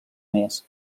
més